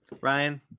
Ryan